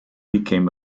became